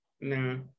No